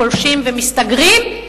פולשים ומסתגרים,